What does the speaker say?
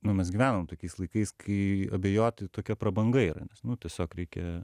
nu mes gyvenam tokiais laikais kai abejoti tokia prabanga yra nes nu tiesiog reikia